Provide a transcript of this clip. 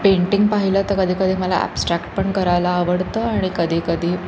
painting पाहिलं तर कधी कधी मला ॲप्स्ट्रॅक्ट पण करायला आवडतं आणि कधी कधी